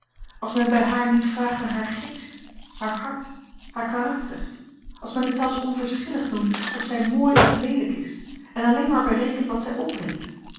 als men bij haar niet vraagt naar haar geest haar hart haar karakter als men het zelfs onverschillig noemt of zij mooi of leelijk is en alleen maar berekent wat zij opbrengt